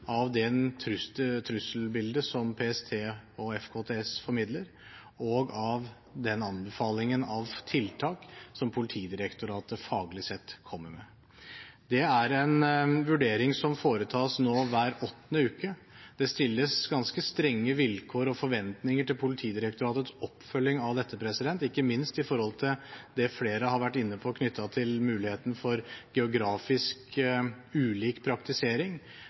av det trusselbildet som PST og FKTS formidler, og av den anbefalingen av tiltak som Politidirektoratet faglig sett kommer med. Det er en vurdering som foretas hver åttende uke. Det stilles ganske strenge vilkår og forventninger til Politidirektoratets oppfølging av dette, ikke minst om det flere har vært inne på, og som er knyttet til muligheten for geografisk ulik praktisering,